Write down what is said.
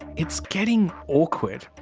it's getting awkward.